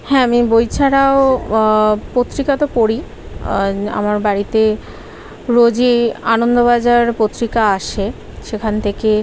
হ্যাঁ আমি বই ছাড়াও পত্রিকা তো পড়ি আমার বাড়িতে রোজই আনন্দবাজার পত্রিকা আসে সেখান থেকে